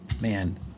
man